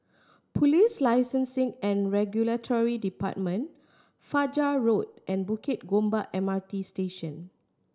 Police Licensing and Regulatory Department Fajar Road and Bukit Gombak M R T Station